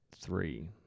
three